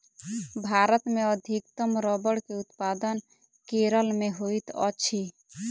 भारत मे अधिकतम रबड़ के उत्पादन केरल मे होइत अछि